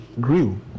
grew